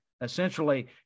Essentially